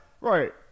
Right